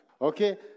okay